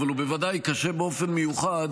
אבל הוא בוודאי קשה באופן מיוחד